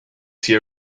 tea